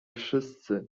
wszyscy